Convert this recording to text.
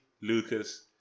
Lucas